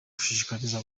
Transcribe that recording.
gushishikariza